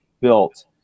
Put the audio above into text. built